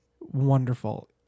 wonderful